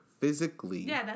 physically